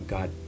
God